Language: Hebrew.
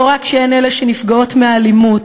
לא רק שהן אלה שנפגעות מהאלימות,